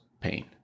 pain